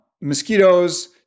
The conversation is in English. mosquitoes